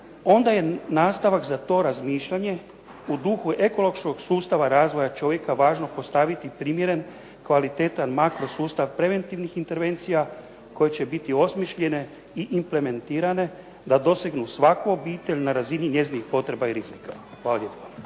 onda je nastavak za to razmišljanje u duhu ekološkog sustava razvoja čovjeka važno postaviti primjeren, kvalitetan makrosustav preventivnih intervencija koje će biti osmišljene i implementirane da dosegnu svaku obitelj na razini njezinih potreba i rizika. HDZ će